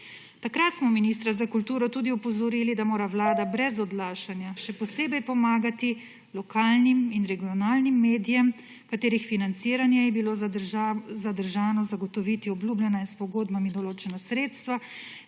Takrat smo ministra za kulturo tudi opozorili, da mora Vlada brez odlašanja še posebej pomagati lokalnim in regionalnim medijem, katerih financiranje je bilo zadržano, zagotoviti obljubljena, s pogodbami določena sredstva,